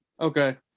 okay